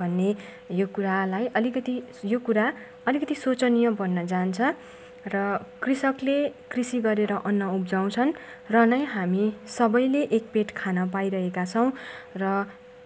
भन्ने यो कुरालाई अलिकति यो कुरा अलिकति सोचनीय बन्न जान्छ र कृषकले कृषि गरेर अन्न उब्जाउँछन् र नै हामी सबैले एक पेट खान पाइरहेका छौँ र